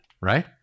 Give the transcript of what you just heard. right